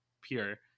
pure